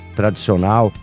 tradicional